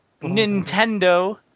Nintendo